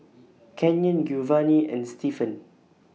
Canyon Giovani and Stefan